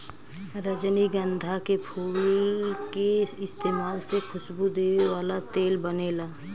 रजनीगंधा के फूल के इस्तमाल से खुशबू देवे वाला तेल बनेला